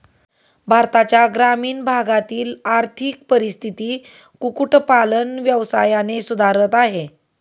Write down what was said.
भारताच्या ग्रामीण भागातील आर्थिक परिस्थिती कुक्कुट पालन व्यवसायाने सुधारत आहे